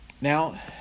Now